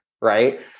right